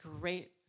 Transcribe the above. great